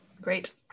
great